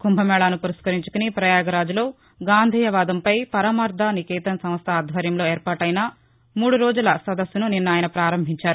కుంభమేళాసు పురస్కరించుకుని ప్రయాగ్రాజ్లో గాంధేయ వాదంపై పరమార్ద నికేతన్ సంస్ట ఆధ్వర్యంలో ఏర్పాటైన మూడు రోజుల సదస్సును నిన్న ఆయన ప్రారంభించారు